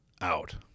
out